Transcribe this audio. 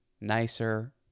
nicer